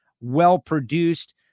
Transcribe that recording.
well-produced